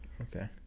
Okay